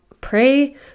pray